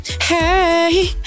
Hey